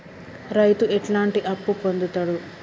రైతు ఎట్లాంటి అప్పు పొందుతడు?